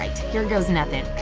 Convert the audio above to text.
here goes nothing